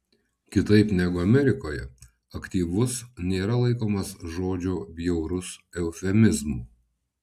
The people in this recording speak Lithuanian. kitaip negu amerikoje aktyvus nėra laikomas žodžio bjaurus eufemizmu